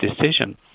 decision